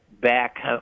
back